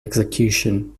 execution